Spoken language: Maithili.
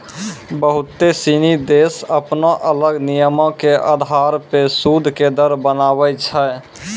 बहुते सिनी देश अपनो अलग नियमो के अधार पे सूद के दर बनाबै छै